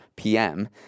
PM